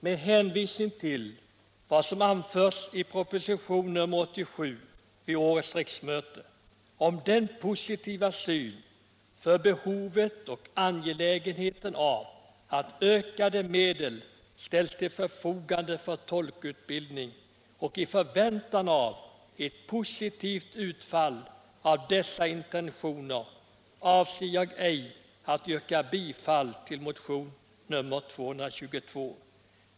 Med hänvisning till vad som anförts i proposition nr 87 vid årets riksmöte om den positiva synen på behovet och angelägenheten av att ökade medel ställs till förfogande för tolkutbildning och i förväntan på ett positivt utfall av dessa intentioner avser jag ej att yrka bifall till motion nr 222.